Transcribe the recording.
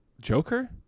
Joker